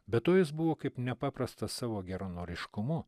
be to jis buvo kaip nepaprastas savo geranoriškumu